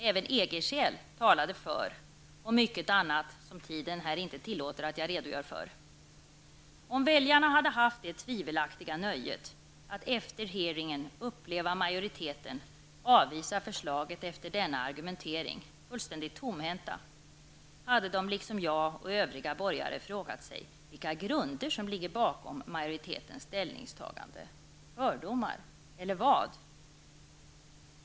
Även EG-skäl talade för, och mycket annat som tiden här inte tillåter att jag redogör för. Om väljarna hade haft det tvivelaktiga nöjet att efter hearingen och denna argumentering få uppleva hur majoriteten, fullständigt tomhänt, avvisade förslaget, hade de liksom jag och övriga borgerliga politiker frågat sig vilka grunder som ligger bakom majoritetens ställningstagande -- fördomar eller vad?